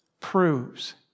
proves